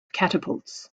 catapults